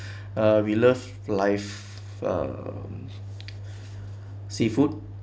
uh we love live um seafood